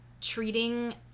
treating